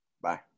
Bye